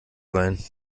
rein